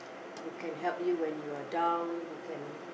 who can help you when you are down who can